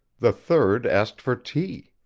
the third asked for tea!